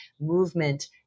movement